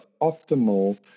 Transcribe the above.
optimal